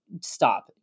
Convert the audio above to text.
Stop